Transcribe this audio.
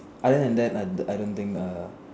other than that I I don't think err